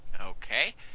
Okay